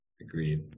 Agreed